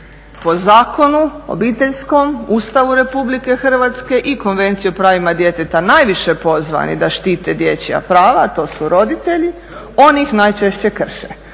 po Zakonu obiteljskom, Ustavu Republike Hrvatske i Konvenciji o pravu djeteta najviše pozvani da štite dječja prava to su roditelji, oni ih najčešće krše.